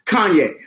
Kanye